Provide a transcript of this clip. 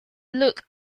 looked